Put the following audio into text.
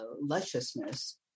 lusciousness